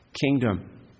kingdom